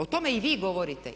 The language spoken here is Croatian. O tome i vi govorite.